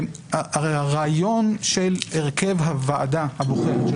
הרי הרעיון של הרכב הוועדה הבוחרת של